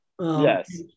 Yes